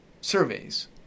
surveys